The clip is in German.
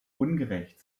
ungerecht